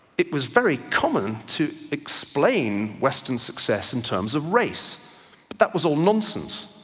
it was very common to explain western success in terms of race, but that was all nonsense.